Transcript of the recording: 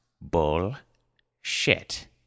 bull-shit